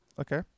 Okay